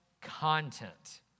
content